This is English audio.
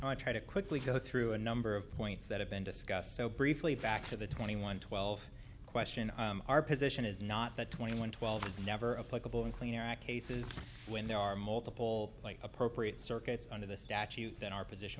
you i try to quickly go through a number of points that have been discussed so briefly back to the twenty one twelve question our position is not that twenty one twelve is never a political in clean air act cases when there are multiple appropriate circuits under the statute then our position